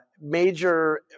major